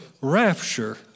rapture